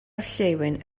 orllewin